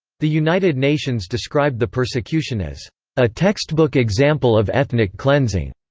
the united nations described the persecution as a textbook example of ethnic cleansing.